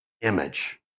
image